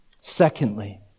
Secondly